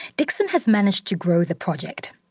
dixon has managed to grow the project.